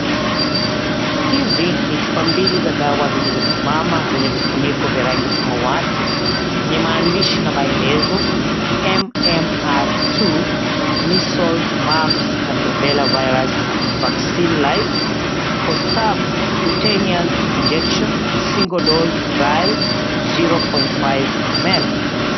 Hizi, ni chupa mbili za dawa zilizosimama, zenye vifuniko vya rangi samawati, yenye maandishi na maelezo (cs) MMR2, measles, mumps and rubella virus vaccine live for subcutaneous injection, single dose vial 0.5 ml (cs).